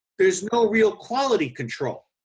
there is no real quality control.